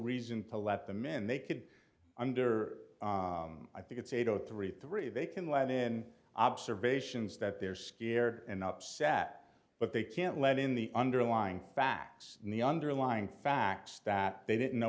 reason to let them in they could under i think it's eight zero three three they can live in observations that they're scared and upset but they can't let in the underlying facts and the underlying facts that they didn't know